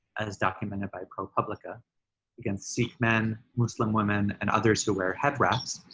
as documented by propublica against sikh men, muslim women and others who wear head wraps,